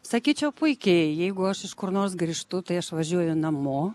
sakyčiau puikiai jeigu aš iš kur nors grįžtu tai aš važiuoju namo